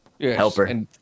Helper